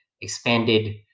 expanded